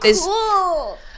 cool